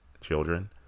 children